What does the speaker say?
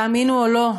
תאמינו או לא,